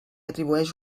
atribueix